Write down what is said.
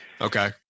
Okay